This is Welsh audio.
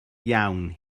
iawn